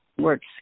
Works